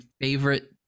favorite